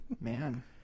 Man